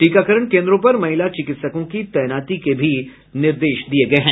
टीकाकरण केन्द्रों पर महिला चिकित्सकों की तैनाती के भी निर्देश दिये गये हैं